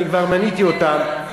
ואני כבר מניתי אותן,